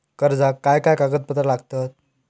कर्जाक काय काय कागदपत्रा लागतत?